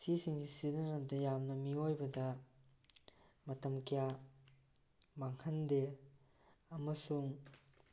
ꯁꯤꯁꯤꯡꯁꯤ ꯁꯤꯖꯟꯅꯕꯗ ꯌꯥꯝ ꯃꯤꯑꯣꯏꯕꯗ ꯃꯇꯝ ꯀꯌꯥ ꯃꯥꯡꯍꯟꯗꯦ ꯑꯃꯁꯨꯡ